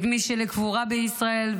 מי לקבורה בישראל,